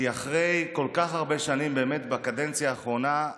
כי אחרי כל כך הרבה שנים, הצלחת בקדנציה האחרונה,